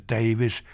Davis